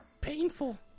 painful